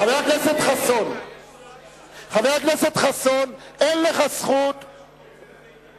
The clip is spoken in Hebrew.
חבר הכנסת חסון, לך יש הודעה?